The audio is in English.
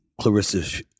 Clarissa